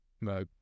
No